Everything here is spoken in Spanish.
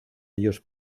ellos